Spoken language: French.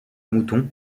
moutons